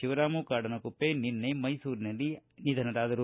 Shivaramu Kadanakuppe ನಿನ್ನೆ ಮೈಸೂರಿನಲ್ಲಿ ನಿಧನರಾದರು